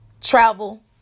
travel